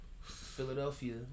Philadelphia